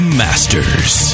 masters